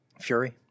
Fury